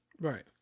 Right